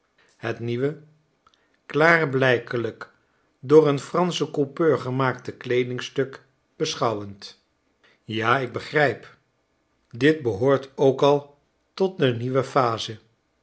het nieuwe klaarblijkelijk door een franschen coupeur gemaakte kleedingstuk beschouwend ja ik begrijp dit behoort ook al tot de nieuwe phase